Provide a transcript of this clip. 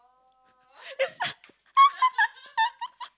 it's so